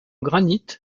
granit